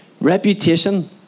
Reputation